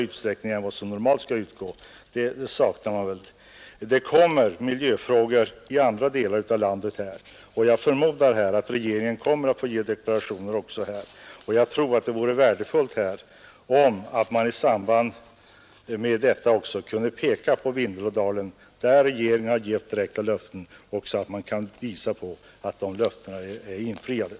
Miljöfrågor kommer att tas upp också i andra delar av landet, och jag förmodar att regeringen kommer att få göra deklarationer också i de sammanhangen. Jag tror att det vore värdefullt om man i samband med detta också kunde peka på Vindelådalen, där regeringen har givit direkta löften, och visa att de löftena även infriats.